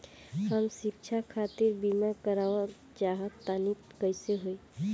हम शिक्षा खातिर बीमा करावल चाहऽ तनि कइसे होई?